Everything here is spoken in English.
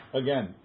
again